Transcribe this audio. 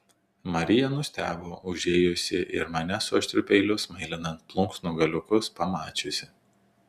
marija nustebo užėjusi ir mane su aštriu peiliu smailinant plunksnų galiukus pamačiusi